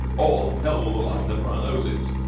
all hell's alight under our noses!